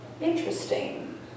interesting